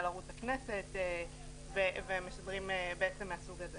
ערוץ הכנסת ומשדרים מהסוג הזה.